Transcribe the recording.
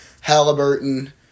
Halliburton